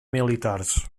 militars